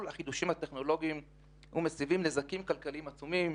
חידושים טכנולוגיים ומסבים נזקים כלכליים עצומים,